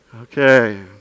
Okay